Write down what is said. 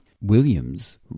Williams